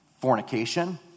fornication